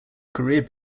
career